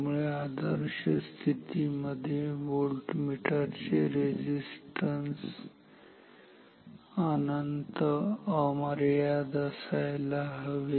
त्यामुळे आदर्श परिस्थितीमध्ये व्होल्टमीटर चे रेझिस्टन्स अनंत ∞ असायला हवे